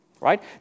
right